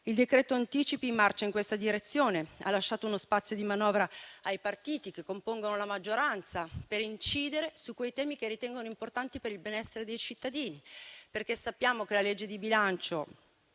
Il decreto anticipi marcia in questa direzione: ha lasciato uno spazio di manovra ai partiti che compongono la maggioranza per incidere su quei temi che ritengono importanti per il benessere dei cittadini. Sappiamo che la legge di bilancio,